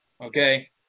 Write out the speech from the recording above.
okay